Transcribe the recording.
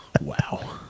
wow